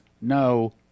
no